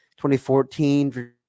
2014